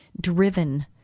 driven